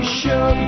show